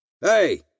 Hey